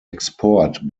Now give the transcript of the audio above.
export